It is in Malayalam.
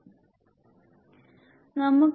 നന്ദി